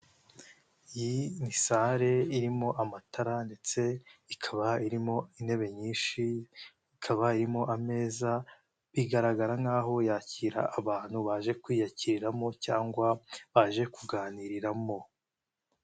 Iyi ni salle irimo amatara ndetse ikaba irimo intebe nyinshi ikaba irimo ameza bigaragara nk'aho yakira abantu baje kwiyakiriramo cyangwa baje kuganiriramo.